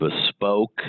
bespoke